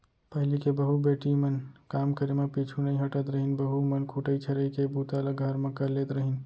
पहिली के बहू बेटी मन काम करे म पीछू नइ हटत रहिन, बहू मन कुटई छरई के बूता ल घर म कर लेत रहिन